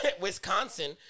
Wisconsin